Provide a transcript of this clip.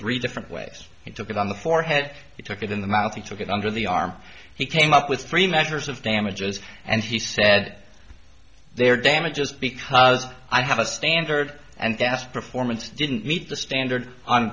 three different ways he took it on the forehead he took it in the mouth he took it under the arm he came up with three measures of damages and he said there damage just because i have a standard and that's performance didn't meet the standard on